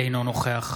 אינו נוכח